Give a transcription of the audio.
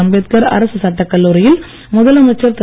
அம்பேத்கார் அரசு சட்டக்கல்லூரியில் முதலமைச்சர் திரு